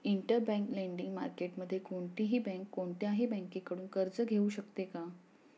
Interbank lending मार्केटमध्ये कोणतीही bank कोणत्याही बँकेकडून कर्ज घेऊ शकते का?